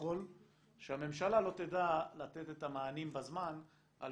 ככל שהממשלה לא תדע לתת את המענים בזמן על